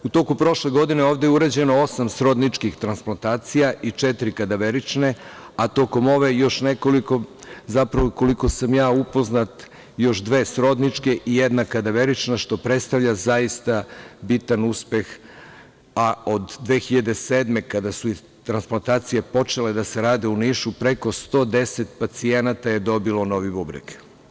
U toku prošle godine ovde je urađeno osam srodničkih tranplantacija i četiri kadeverične, a tokom ove još nekoliko, zapravo koliko sam ja upoznat, još dve srodničke i jedna kadeverična, što predstavlja zaista bitan uspeh, a od 2007. godine kada su transplantacije počele da se rade u Nišu preko 110 pacijenata je dobilo novi bubreg.